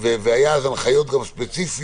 היו אז גם הנחיות ספציפיות